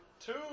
two